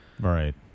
Right